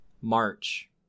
March